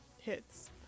hits